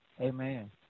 Amen